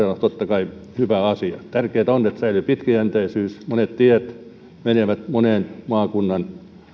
totta kai hyvä asia tärkeätä on että säilyy pitkäjänteisyys monet tiet menevät monen maakunnan